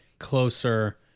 Closer